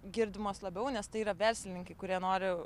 girdimos labiau nes tai yra verslininkai kurie nori